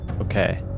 Okay